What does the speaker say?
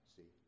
See